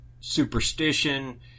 superstition